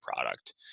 product